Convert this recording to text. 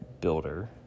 builder